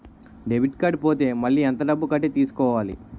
Debit card పోతే మళ్ళీ ఎంత డబ్బు కట్టి తీసుకోవాలి?